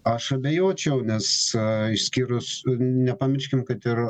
aš abejočiau nes išskyrus nepamirškim kad ir